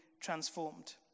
transformed